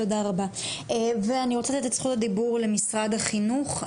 תודה רבה ואני רוצה לתת את זכות הדיבור למשרד החינוך,